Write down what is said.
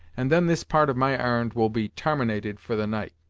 and then this part of my ar'n'd will be tarminated for the night.